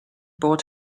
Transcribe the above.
bought